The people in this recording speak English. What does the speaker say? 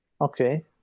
Okay